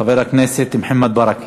חבר הכנסת מוחמד ברכה,